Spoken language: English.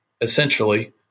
essentially